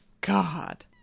God